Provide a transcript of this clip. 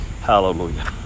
Hallelujah